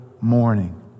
morning